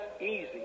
easy